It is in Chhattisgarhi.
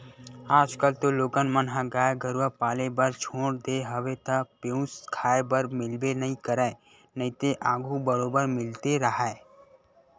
आजकल तो लोगन मन ह गाय गरुवा पाले बर छोड़ देय हवे त पेयूस खाए बर मिलबे नइ करय नइते आघू बरोबर मिलते राहय